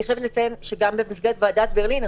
אני חייבת לציין שגם במסגרת ועדת ברלינר